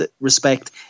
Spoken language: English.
respect